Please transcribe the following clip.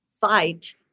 fight